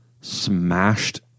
smashed